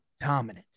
dominant